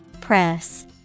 Press